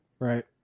right